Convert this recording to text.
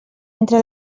entre